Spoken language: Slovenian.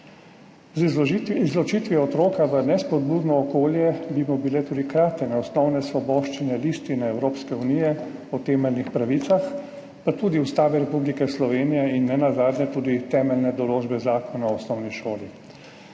Z izločitvijo otroka v nespodbudno okolje bi mu bile tudi kratene osnovne svoboščine Listine Evropske unije o temeljnih pravicah pa tudi Ustave Republike Slovenije in nenazadnje tudi temeljne določbe Zakona o osnovni šoli.